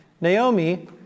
Naomi